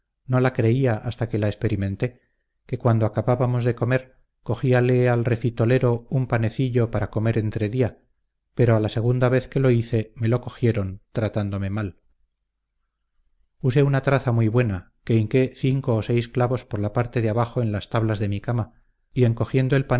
no la creía hasta que la experimenté que cuando acabábamos de comer cogíale al refitolero un panecillo para comer entre día pero a la segunda vez que lo hice me lo cogieron tratándome mal usé una traza muy buena que hinqué cinco o seis clavos por la parte de abajo en las tablas de mi cama y en cogiendo el